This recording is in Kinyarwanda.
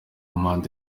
manda